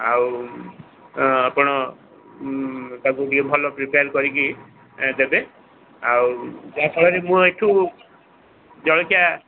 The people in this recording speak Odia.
ଆଉ ତ ଆପଣ ତାକୁ ଟିକେ ଭଲ ପ୍ରିପିୟାର୍ କରିକି ଦେବେ ଆଉ ଯାହା ଫଳରେ ମୁଁ ଏଠୁ ଜଳଖିଆ